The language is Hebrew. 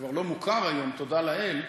שכבר לא מוכר היום, תודה לאל,